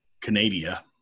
Canada